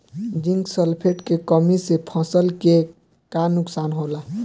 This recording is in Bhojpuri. जिंक सल्फेट के कमी से फसल के का नुकसान होला?